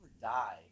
die